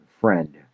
friend